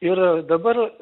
ir dabar